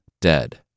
dead